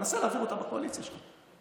תנסה להעביר אותה בקואליציה שלך.